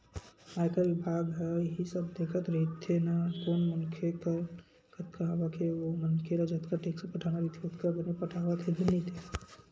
आयकर बिभाग ह इही सब देखत रहिथे ना कोन मनखे कर कतका आवक हे अउ ओ मनखे ल जतका टेक्स पटाना रहिथे ओतका बने पटावत हे धुन नइ ते